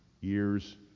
years